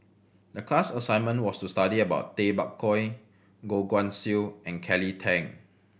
the class assignment was to study about Tay Bak Koi Goh Guan Siew and Kelly Tang